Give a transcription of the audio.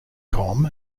com